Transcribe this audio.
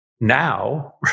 Now